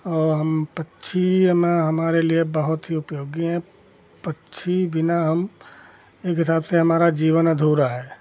और हम पक्षी हम हमारे लिए बहुत ही उपयोगी हैं पक्षी बिना हम एक हिसाब से हमारा जीवन अधूरा है